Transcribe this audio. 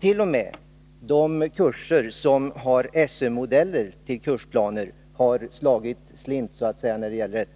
T. o. m. kurser som har SÖ-modeller till kursplaner har slagit slint i detta avseende.